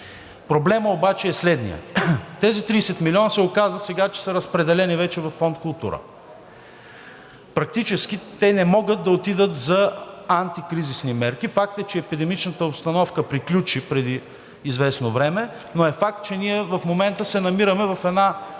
Проблемът обаче е следният. Тези 30 милиона се оказа сега, че са разпределени вече във фонд „Култура“. Практически те не могат да отидат за антикризисни мерки. Факт е, че епидемичната обстановка приключи преди известно време, но е факт, че ние в момента се намираме в една